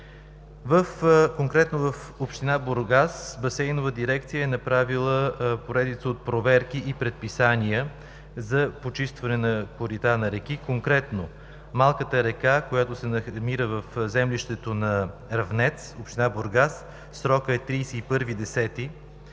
Конкретно в община Бургас Басейнова дирекция е направила поредица от проверки и предписания за почистване на корита на реки, конкретно: малката река, която се намира в землището на Равнец, община Бургас – срокът е 31